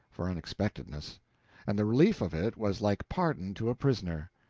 for unexpectedness and the relief of it was like pardon to a prisoner.